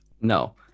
No